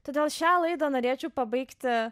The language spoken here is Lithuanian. todėl šią laidą norėčiau pabaigti